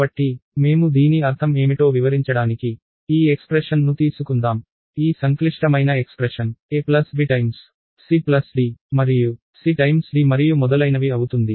కాబట్టి మేము దీని అర్థం ఏమిటో వివరించడానికి ఈ ఎక్స్ప్రెషన్ ను తీసుకుందాం ఈ సంక్లిష్టమైన ఎక్స్ప్రెషన్ a bc d మరియు c d మరియు మొదలైనవి అవుతుంది